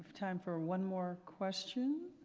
time for one more question.